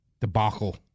debacle